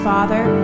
Father